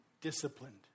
disciplined